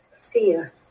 fear